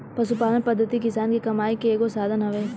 पशुपालन पद्धति किसान के कमाई के एगो साधन हवे